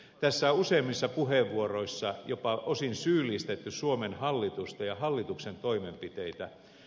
tässä on useimmissa puheenvuoroissa jopa osin syyllistetty suomen hallitusta ja hallituksen toimenpiteitä